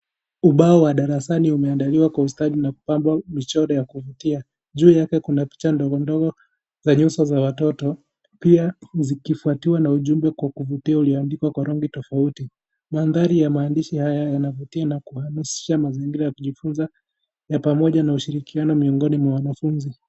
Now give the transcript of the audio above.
Ubao wa darasani umeandaliwa kwa ustadi na kupambwa michoro ya kuvutia. Juu yake kuna picha ndogondogo za nyuso za watoto, pia zikifuatiwa na ujumbe kwa kuvutia ulioandikwa kwa rangi tofauti. Mandhari ya maandishi haya yanavutia na kuhamasiaha mazingira ya kujifunza ya pamoja na ushirikiano miongoni mwa wanafunzi.